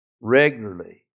regularly